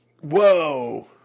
Whoa